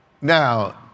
Now